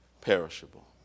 perishable